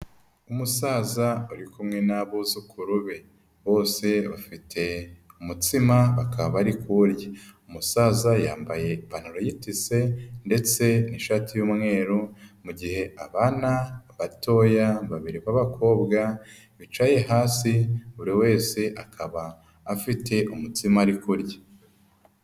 Umusaza uri kumwe n'abuzukuru be, bose bafite umutsima bakaba bari kuwurya. Umusaza yambaye ipantaro y'itise ndetse n'ishati y'umweru, mu gihe abana batoya babiri b'abakobwa bicaye hasi, buri wese akaba afite umutsima ari kurya.